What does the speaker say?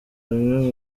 bamwe